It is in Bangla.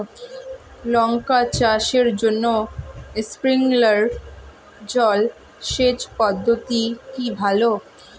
লঙ্কা চাষের জন্য স্প্রিংলার জল সেচ পদ্ধতি কি ভালো?